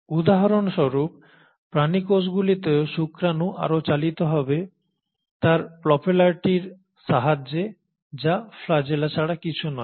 উদাহরণস্বরূপ প্রাণী কোষগুলিতে শুক্রাণু আরও চালিত হবে তার প্রপেলারটির সাহায্যে যা ফ্ল্যাজেলা ছাড়া কিছু নয়